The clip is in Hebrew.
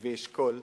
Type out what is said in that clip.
לוי אשכול,